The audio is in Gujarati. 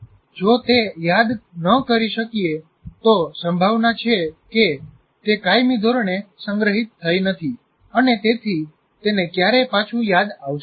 જો તે યાદ ન કરી શકીએ તો સંભાવના છે કે તે કાયમી ધોરણે સંગ્રહિત થઈ નથી અને તેથી તેને ક્યારેય પાછુ યાદ આવશે નહી